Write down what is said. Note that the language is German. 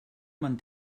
man